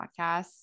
podcasts